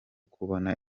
kubona